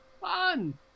Fun